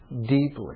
deeply